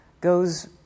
goes